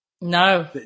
No